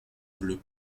bleue